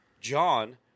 John